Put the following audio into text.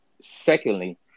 Secondly